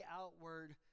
outward